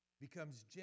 becomes